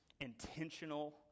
intentional